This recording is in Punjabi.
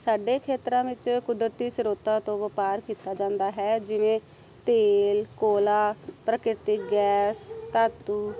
ਸਾਡੇ ਖੇਤਰਾਂ ਵਿੱਚ ਕੁਦਰਤੀ ਸਰੋਤਾਂ ਤੋਂ ਵਪਾਰ ਕੀਤਾ ਜਾਂਦਾ ਹੈ ਜਿਵੇਂ ਤੇਲ ਕੋਲਾ ਪ੍ਰਕਿਰਤਿਕ ਗੈਸ ਧਾਤੂ